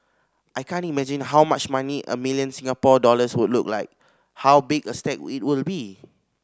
I can't imagine how much money a million Singapore dollars who look like how big a stack it will be